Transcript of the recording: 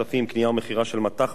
קנייה ומכירה של מט"ח ועוד.